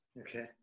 Okay